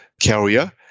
carrier